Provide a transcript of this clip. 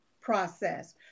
process